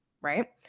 right